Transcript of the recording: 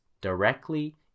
directly